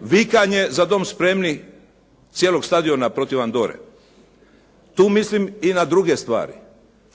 vikanje „Za Dom spremni!“ cijelog stadiona protiv Andore, tu mislim i na druge stvari,